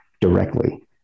directly